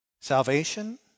Salvation